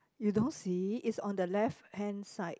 you don't see it's on the left hand side